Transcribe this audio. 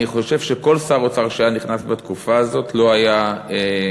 אני חושב שכל שר אוצר שהיה נכנס בתקופה הזאת לא היה נהנה.